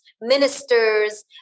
ministers